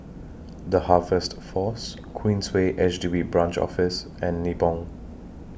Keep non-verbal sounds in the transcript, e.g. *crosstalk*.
*noise* The Harvest Force Queensway H D B Branch Office and Nibong